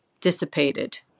dissipated